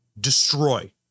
destroy